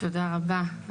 תודה רבה,